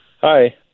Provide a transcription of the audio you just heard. Hi